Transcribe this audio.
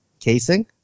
Casing